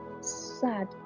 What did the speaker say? sad